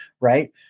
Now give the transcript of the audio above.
right